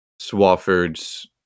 Swafford's